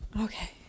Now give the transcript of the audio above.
okay